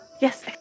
Yes